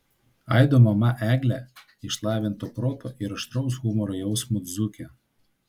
aido mama eglė išlavinto proto ir aštraus humoro jausmo dzūkė